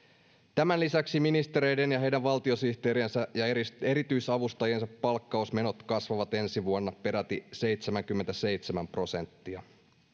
tämän lisäksi ministereiden ja heidän valtiosihteeriensä ja erityisavustajiensa palkkausmenot kasvavat ensi vuonna peräti seitsemänkymmentäseitsemän prosenttia